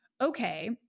okay